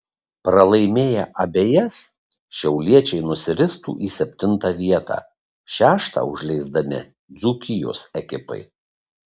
pralaimėję abejas šiauliečiai nusiristų į septintą vietą šeštą užleisdami dzūkijos ekipai